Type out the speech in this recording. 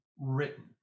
written